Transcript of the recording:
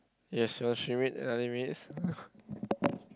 yes ninety minutes